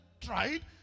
tried